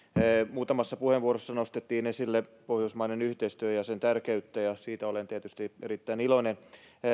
muutamassa puheenvuorossa nostettiin esille pohjoismainen yhteistyö ja sen tärkeys ja siitä olen tietysti erittäin iloinen